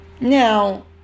Now